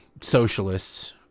socialists